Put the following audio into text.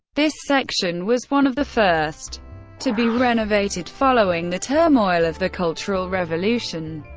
this section was one of the first to be renovated following the turmoil of the cultural revolution.